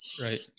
right